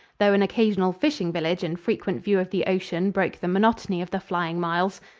though an occasional fishing-village and frequent view of the ocean broke the monotony of the flying miles.